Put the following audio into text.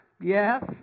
Yes